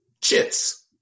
chits